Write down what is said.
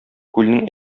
күлнең